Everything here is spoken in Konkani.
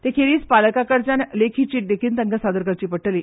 ते खेरीज पालकांकडल्यान लेखी चीट लेगीत तांका सादर करची पडटली